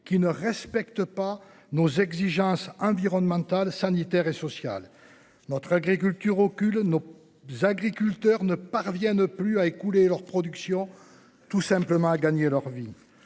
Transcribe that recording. qui ne respectent pas nos exigences environnementales, sanitaires et sociales. Notre agriculture aucune nos. Agriculteurs ne parviennent plus à écouler leur production. Tout simplement à gagner leur vie,